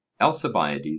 Alcibiades